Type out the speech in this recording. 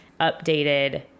Updated